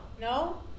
no